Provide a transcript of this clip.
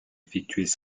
effectués